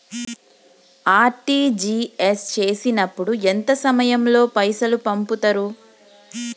RTGS చేసినప్పుడు ఎంత సమయం లో పైసలు పంపుతరు?